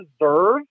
deserve